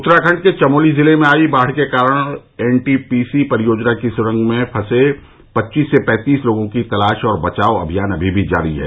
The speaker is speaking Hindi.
उत्तराखंड के चमोली जिले में आयी बाढ के कारण एन टी पी सी परियोजना की सुरंग में फंसे पच्चीस से पैंतीस लोगों की तलाश और बचाव अभियान अभी भी जारी है